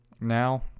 now